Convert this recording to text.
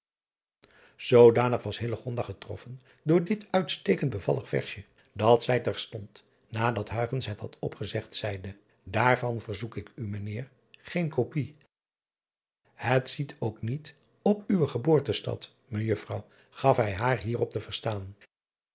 oodanig was getroffen door dit uitstekend bevallig versje dat zij terstond nadat het had opgezegd zeide aarvan verzoek ik u mijnheer geen kopij et ziet ook niet op uwe geboortestad ejuffrouw gaf hij haar hierop te verstaan